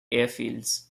airfields